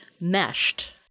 meshed